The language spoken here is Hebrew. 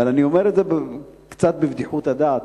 אבל אני אומר את זה קצת בבדיחות הדעת.